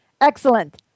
Excellent